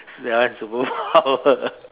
that one superpower